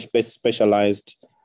specialized